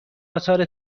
آثار